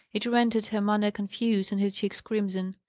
it rendered her manner confused and her cheeks crimson.